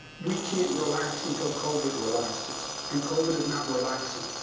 we can't relax until covid relaxes and covid is not relaxing.